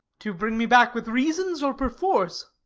to bring me back with reasons or perforce?